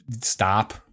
stop